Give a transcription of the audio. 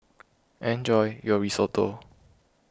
enjoy your Risotto